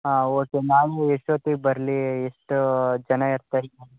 ಹಾಂ ಓಕೆ ನಾವು ಎಷ್ಟೊತ್ತಿಗೆ ಬರಲಿ ಎಷ್ಟು ಜನ ಇರ್ತಾರೆ